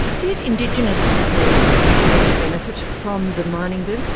did indigenous people get any benefit from the mining boom?